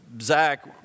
Zach